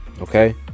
okay